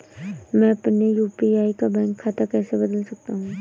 मैं अपने यू.पी.आई का बैंक खाता कैसे बदल सकता हूँ?